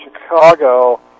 Chicago